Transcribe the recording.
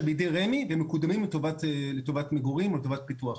בידי רמ"י והם מקודמים לטובת מגורים או לטובת פיתוח.